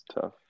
tough